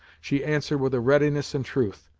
she answered with a readiness and truth,